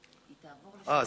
אין.